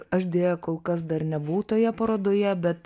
aš deja kol kas dar nebuvau toje parodoje bet